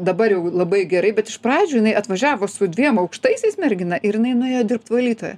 dabar jau labai gerai bet iš pradžių jinai atvažiavo su dviem aukštaisiais mergina ir jinai nuėjo dirbt valytoja